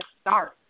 start